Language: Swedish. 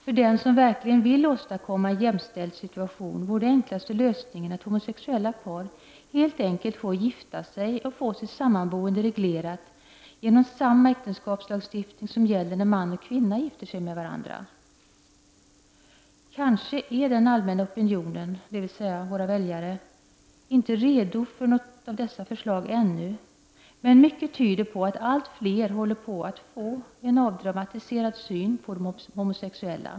För dem som verkligen vill åstadkomma en jämställd situation vore den enklaste lösningen att homosexuella par helt enkelt får gifta sig och får sitt samboende reglerat genom samma äktenskapslagstiftning som gäller när man och kvinna gifter sig med varandra. Kanske är den allmänna opinionen, dvs. våra väljare, inte redo för något av dessa förslag ännu, men mycket tyder på att allt fler håller på att få en avdramatiserad syn på de homosexuella.